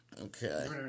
Okay